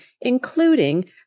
including